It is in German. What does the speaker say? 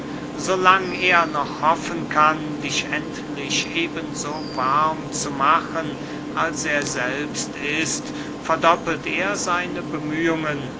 lang er noch hoffen kann dich endlich eben so warm zu machen als er selbst ist verdoppelt er seine bemühungen